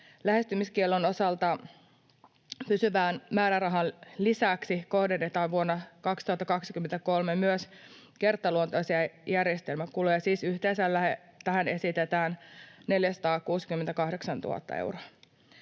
Lähestymiskiellon osalta pysyvän määrärahan lisäksi kohdennetaan vuonna 2023 myös kertaluontoisia järjestelmäkuluja, siis yhteensä tähän esitetään 468 000 euroa.